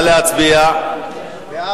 להצביע.